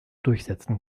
durchsetzen